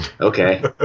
okay